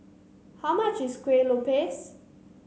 how much is Kuih Lopes